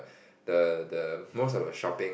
the the most of the shopping